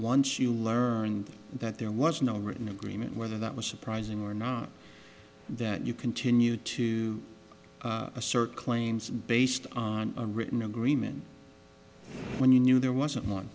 once you learn that there was no written agreement whether that was surprising or not that you continue to assert claims based on a written agreement when you knew there wasn't one